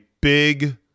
big